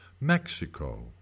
Mexico